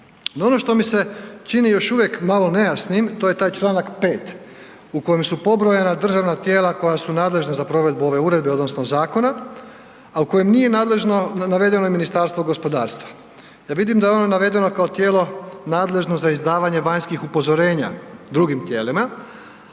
ono što mi se čini još uvijek malo nejasnim, to je taj čl. 5.u kojem su pobrojana državna tijela koja su nadležna za provedbu ove uredbe odnosno zakona, a u kojem nije navedeno i Ministarstvo gospodarstva. Ja vidim da je ono navedeno kao tijelo nadležno za izdavanje vanjskih upozorenja drugim tijelima,